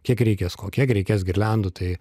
kiek reikės o kiek reikės girliandų tai